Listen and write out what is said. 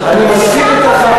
אני מסכים אתך,